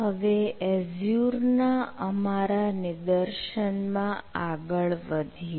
હવે એઝ્યુર ના અમારા નિદર્શન મા આગળ વધીએ